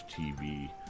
TV